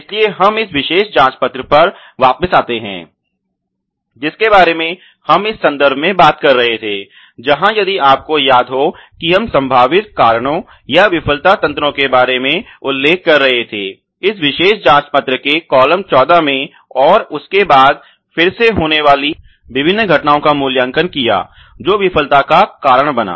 इसलिए हम इस विशेष जांच पत्र पर वापस आते हैं जिसके बारे में हम इस संदर्भ में बात कर रहे थे जहां यदि आपको याद हो कि हम संभावित कारणों या विफलता तंत्रों के बारे में उल्लेख कर रहे थे इस विशेष जांच पत्र के कॉलम १४ में और उसके बाद फिर से होने वाली विभिन्न घटनाओं का मूल्यांकन किया जो विफलता का कारण बना